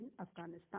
Afghanistan